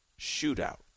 shootout